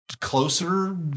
Closer